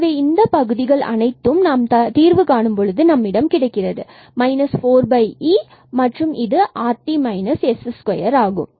எனவே இந்த பகுதிகள் அனைத்தும் நாம் தீர்வு காணும் பொழுது நம்மிடம் கிடைக்கிறது மற்றும் 4e and this rt s2 இது ஆகும்